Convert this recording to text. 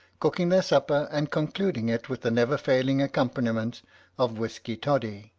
cooking their supper, and concluding it with the never-failing accompaniment of whisky-toddy.